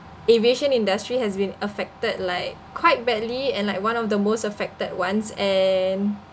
aviation industry has been affected like quite badly and like one of the most affected ones and